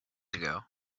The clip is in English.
ago